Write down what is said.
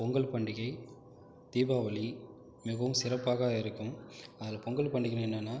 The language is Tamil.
பொங்கல் பண்டிகை தீபாவளி மிகவும் சிறப்பாக இருக்கும் அதில் பொங்கல் பண்டிகைனா என்னனா